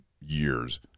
years